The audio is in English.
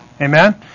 Amen